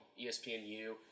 ESPNU